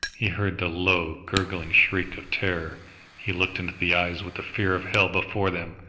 he heard the low, gurgling shriek of terror he looked into the eyes with the fear of hell before them!